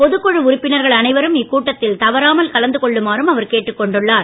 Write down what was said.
பொதுக் குழு உறுப்பினர்கள் அனைவரும் இக்கூட்டத்தில் தவறாமல் கலந்து கொள்ளுமாறும் அவர் கேட்டுக் கொண்டுள்ளார்